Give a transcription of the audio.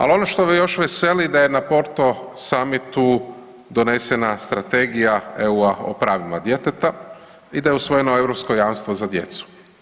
Ali ono što me još veseli da je na Porto samitu donesena Strategija EU-a o pravima djeteta i da je usvojeno europsko jamstvo za djecu.